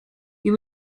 you